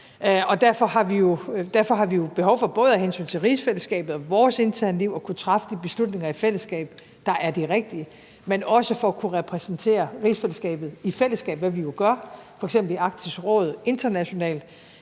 derfor har vi jo både af hensyn til rigsfællesskabet og vores interne liv og for at kunne træffe de beslutninger i fællesskab, der er de rigtige, men også for at kunne repræsentere rigsfællesskabet internationalt i fællesskab, hvad vi jo gør i f.eks. Arktisk Råd, behov for at